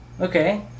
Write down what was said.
okay